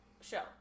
Show